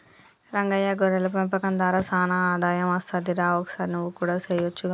రంగయ్య గొర్రెల పెంపకం దార సానా ఆదాయం అస్తది రా ఒకసారి నువ్వు కూడా సెయొచ్చుగా